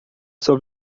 sua